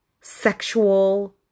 sexual